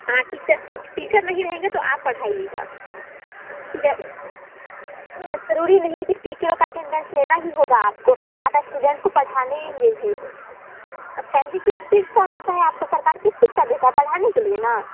हाँ teacher teacher नहीं रहेंगे तो आप पढ़ाइएगा जेउ ज़रूरी नहीं है कि टीचरों का एटेंडेन्स लेना ही होगा आपको आप एस्टूडेंट को पढ़ाने भी सैलरी किस चीज़ का मिलता है आपको सरकार किस चीज़ का देता है पढ़ाने के लिए ना